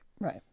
Right